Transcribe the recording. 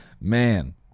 man